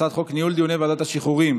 הצעת חוק ניהול דיוני ועדות השחרורים